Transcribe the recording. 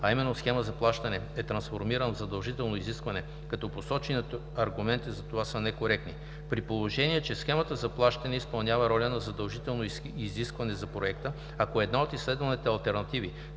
а именно „схема за плащане", е трансформиран в задължително изискване, като посочените аргументи за това са некоректни. При положение че „схемата за плащане“ изпълнява роля на задължително изискване за проекта, ако една от изследваните алтернативи